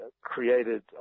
created